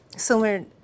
Similar